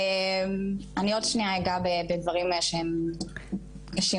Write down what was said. אני עוד שנייה אגע בדברים שהם קשים,